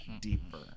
deeper